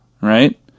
Right